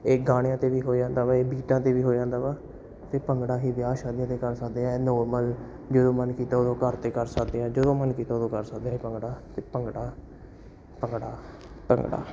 ਇਹ ਗਾਣਿਆਂ 'ਤੇ ਵੀ ਹੋ ਜਾਂਦਾ ਵਾ ਇਹ ਬੀਟਾਂ 'ਤੇ ਵੀ ਹੋ ਜਾਂਦਾ ਵਾ ਅਤੇ ਭੰਗੜਾ ਹੀ ਵਿਆਹ ਸ਼ਾਦੀਆਂ 'ਤੇ ਕਰ ਸਕਦੇ ਹਾਂ ਨੋਰਮਲ ਜਦੋਂ ਮਨ ਕੀਤਾ ਉਦੋਂ ਘਰ ਅਤੇ ਕਰ ਸਕਦੇ ਹਾਂ ਜਦੋਂ ਮਨ ਕੀਤਾ ਉਦੋਂ ਕਰ ਸਕਦੇ ਹਾਂ ਭੰਗੜਾ ਅਤੇ ਭੰਗੜਾ ਭੰਗੜਾ ਭੰਗੜਾ